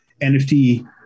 NFT